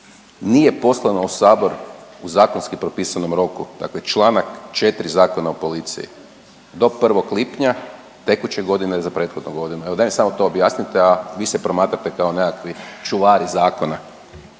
nije poslano u Sabor u zakonski propisanom roku? Dakle čl. 4 Zakona o policiji, do 1. lipnja tekuće godine za prethodnu godinu, evo daj mi samo to objasnite, a vi se promatrate kao nekakvi čuvari zakona.